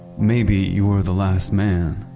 maybe you were the last man.